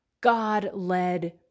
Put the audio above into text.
God-led